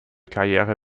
karriere